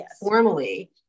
formally